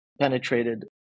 penetrated